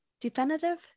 Definitive